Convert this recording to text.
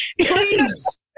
Please